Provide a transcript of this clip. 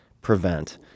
prevent